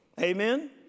Amen